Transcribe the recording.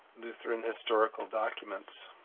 different historical documents.